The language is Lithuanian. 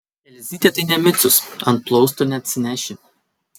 elzytė tai ne micius ant plausto neatsineši